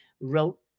wrote